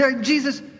Jesus